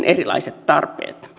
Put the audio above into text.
erilaiset tarpeet